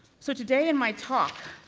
so, today in my talk,